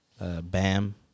Bam